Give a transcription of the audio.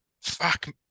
fuck